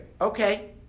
Okay